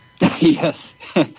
Yes